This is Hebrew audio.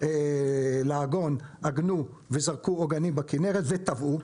לעגון עגנו וזרקו עוגנים בכנרת וטבעו,